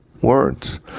words